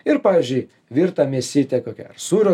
ir pavyzdžiui virta mėsytė kokia ar sūrio